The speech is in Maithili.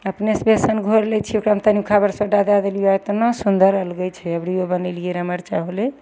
अपनेसँ बेसन घोरि लै छियै ओकरामे तनि खाइवला सोडा दए देलियै एतना सुन्दर अलगे छै एवरिये बनेलियै रऽ हमर इच्छा होलय